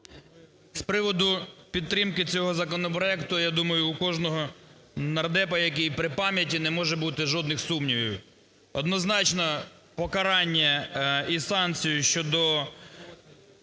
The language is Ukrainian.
З приводу підтримки цього законопроекту, я думаю, у кожного нардепа, який при пам'яті, не може бути жодних сумнівів. Однозначно, покарання і санкцію щодо